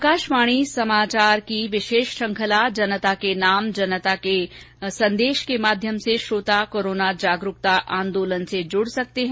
आकाशवाणी समाचार जयपुर की विशेष श्रृंखला जनता के नाम जनता का संदेश के माध्यम से श्रोता कोरोना जनजागरुकता आंदोलन से जुड़ सकते हैं